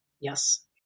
yes